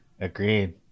Agreed